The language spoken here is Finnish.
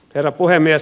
herra puhemies